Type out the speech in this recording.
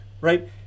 right